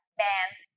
bands